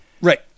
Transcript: Right